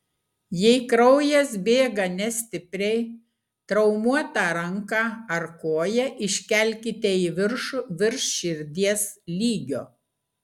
jei kraujas bėga nestipriai traumuotą ranką ar koją iškelkite į viršų virš širdies lygio